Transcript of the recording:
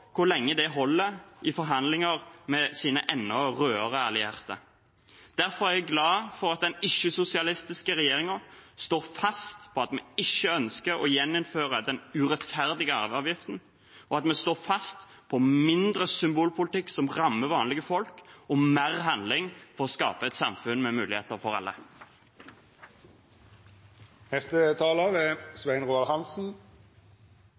hvor lenge det holder i forhandlingene med deres enda rødere allierte. Derfor er jeg glad for at den ikke-sosialistiske regjeringen står fast på at vi ikke ønsker å gjeninnføre den urettferdige arveavgiften, og at vi står fast på mindre symbolpolitikk som rammer vanlige folk, og mer handling for å skape et samfunn med muligheter for alle.